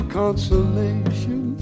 consolation